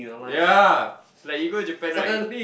yea like you go Japan right